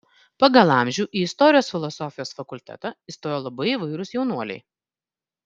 pagal amžių į istorijos filosofijos fakultetą įstojo labai įvairūs jaunuoliai